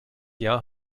jahr